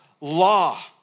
law